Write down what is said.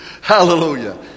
Hallelujah